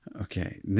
Okay